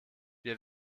wir